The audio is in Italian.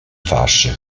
fasce